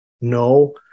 No